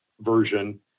version